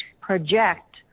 project